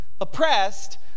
Oppressed